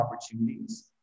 opportunities